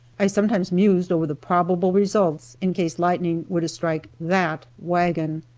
i sometimes mused over the probable results, in case lightning were to strike that wagon.